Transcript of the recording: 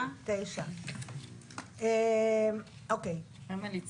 ובאופוזיציה בכלל אנשים עתירי ניסיון,